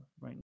right